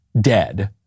dead